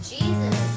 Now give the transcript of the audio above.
Jesus